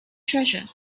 treasure